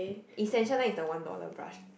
essential line is the one dollar brush